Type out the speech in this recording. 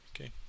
Okay